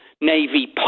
Navy